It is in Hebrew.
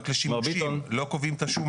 זה רק לשימושים, לא קובעים את השומה.